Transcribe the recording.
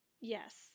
Yes